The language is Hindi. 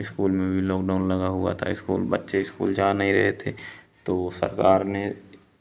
इस्कूल में भी लोकडाउन लगा हुआ था इस्कूल बच्चे इस्कूल जा नहीं रहे थे तो सरकार ने